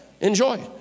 enjoy